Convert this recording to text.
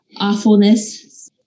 awfulness